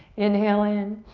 inhale in.